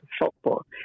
football